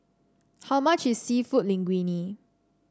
how much is seafood Linguine